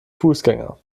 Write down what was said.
fußgänger